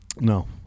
No